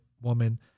woman